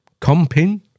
Comping